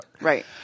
right